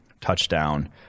Touchdown